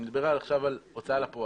אני מדבר על הוצאה לפועל,